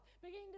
Beginning